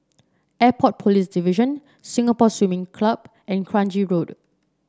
Airport Police Division Singapore Swimming Club and Kranji Road